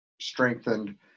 strengthened